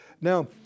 Now